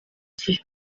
gihe